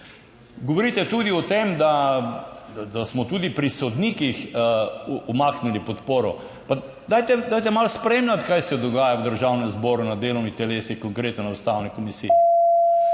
Govorite tudi o tem, da smo tudi pri sodnikih umaknili podporo. Pa dajte, dajte malo spremljati kaj se dogaja v Državnem zboru na delovnih telesih, konkretno na Ustavni komisiji.